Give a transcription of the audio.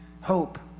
hope